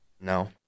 No